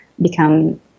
become